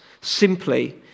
simply